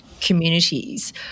communities